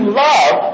love